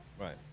Right